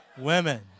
Women